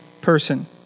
person